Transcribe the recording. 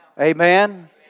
Amen